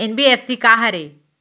NBFC का हरे?